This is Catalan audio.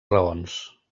raons